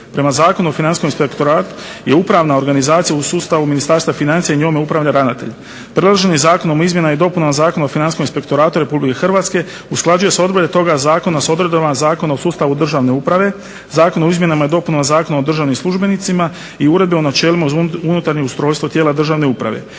Prema Zakonu o financijskom inspektoratu je upravna organizacija u sustavu Ministarstva financija i njome upravlja ravnatelj. Predloženim zakonom o izmjenama i dopunama Zakona o financijskom inspektoratu Republike Hrvatske usklađuju se odredbe toga zakona s odredbama Zakona o sustavu državne uprave, Zakon o izmjenama i dopunama Zakona o državnim službenicima i Uredbom o načelima unutarnjeg ustrojstva tijela državne uprave.